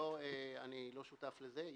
אני לא שותף לזה.